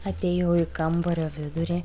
atėjau į kambario vidurį